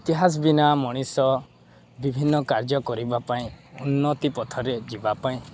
ଇତିହାସ ବିନା ମଣିଷ ବିଭିନ୍ନ କାର୍ଯ୍ୟ କରିବା ପାଇଁ ଉନ୍ନତି ପଥରେ ଯିବା ପାଇଁ